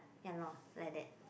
ya lor like that